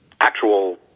actual